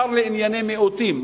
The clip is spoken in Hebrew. שר לענייני מיעוטים,